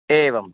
एवम्